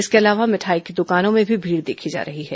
इसके अलावा मिठाई की दुकानों में भी भीड़ देखी जा रही है